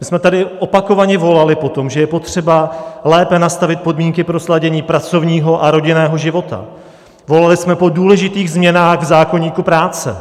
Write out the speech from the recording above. My jsme tady opakovaně volali po tom, že je potřeba lépe nastavit podmínky pro sladění pracovního a rodinného života, volali jsme po důležitých změnách zákoníku práce.